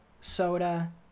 Soda